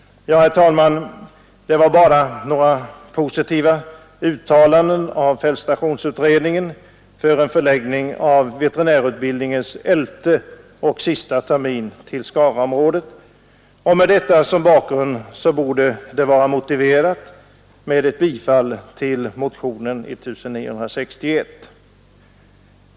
Herr talman! Detta var några positiva uttalanden av fältstationsutredningen om en förläggning av veterinärutbildningens elfte och sista termin till Skaraområdet. Dessa borde motivera ett bifall till motionen 1961.